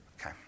okay